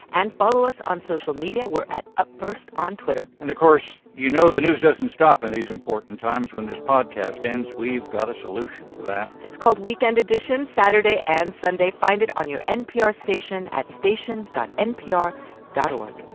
and follow us on social media. we're at upfirst on twitter and of course, you know, the news doesn't stop in and these important times. when this podcast ends, we've got a solution for that it's called weekend edition saturday and sunday. find it on your npr station at stations npr dot o